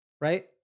right